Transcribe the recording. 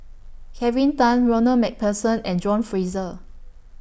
Kelvin Tan Ronald MacPherson and John Fraser